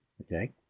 Okay